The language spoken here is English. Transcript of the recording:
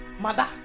mother